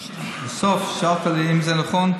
בסוף שאלת אם זה נכון?